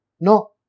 No